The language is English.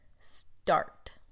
start